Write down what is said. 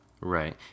Right